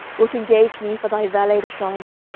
wilt engage me for thy valet de chambre